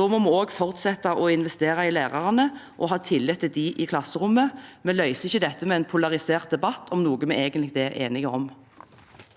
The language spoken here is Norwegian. Da må vi også fortsette å investere i lærerne og ha tillit til dem i klasserommet. Vi løser ikke dette med en polarisert debatt om noe vi egentlig er enige om.